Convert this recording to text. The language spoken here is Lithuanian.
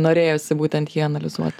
norėjosi būtent jį analizuot